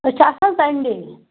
أسۍ چھِ آسان سَنڈے